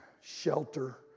shelter